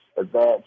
advanced